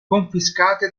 confiscate